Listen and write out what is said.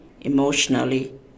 emotionally